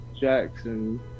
Jackson